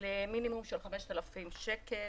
למינימום של 5,000 שקלים.